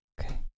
okay